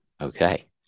Okay